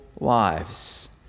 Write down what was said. lives